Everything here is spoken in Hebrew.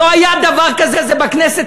לא היה דבר כזה בכנסת,